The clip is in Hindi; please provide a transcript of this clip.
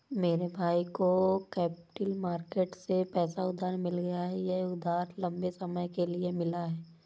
मेरे भाई को कैपिटल मार्केट से पैसा उधार मिल गया यह उधार लम्बे समय के लिए मिला है